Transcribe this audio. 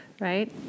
Right